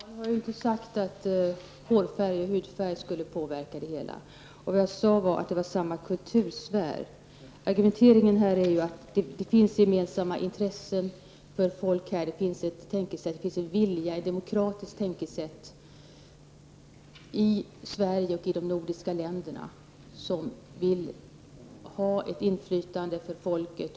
Herr talman! Jag har inte sagt att hårfärg och hudfärg skulle påverka det hela. Vad jag sade var att det var fråga om samma kultursfär. Argumenteringen är att det bland folk i Sverige och i de nordiska länderna finns gemensamma intressen, ett demokratiskt tänkesätt och en vilja till inflytande för folket.